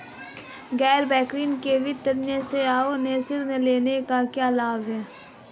गैर बैंकिंग वित्तीय सेवाओं से ऋण लेने के क्या लाभ हैं?